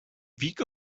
weaker